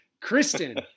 Kristen